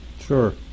Sure